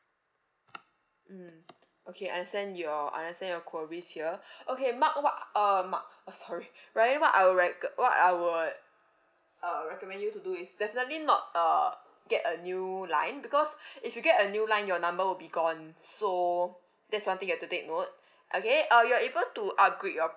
mm okay understand your understand your queries here okay mark what uh mark uh sorry ryan what I'll rec~ what I would uh recommend you to do is definitely not uh get a new line because if you get a new line your number will be gone so that's one thing you have to take note okay uh you're able to upgrade your